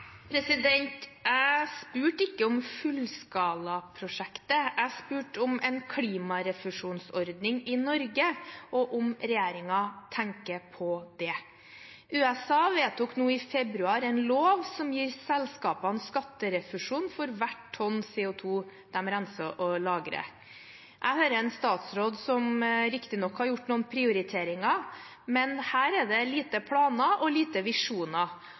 Jeg spurte ikke om fullskalaprosjektet, men om en klimarefusjonsordning i Norge, og om regjeringen tenker på det. USA vedtok nå i februar en lov som gir selskapene skatterefusjon for hvert tonn CO2 de renser og lagrer. Jeg hører en statsråd som riktignok har gjort noen prioriteringer, men her er det lite planer og lite visjoner.